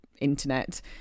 internet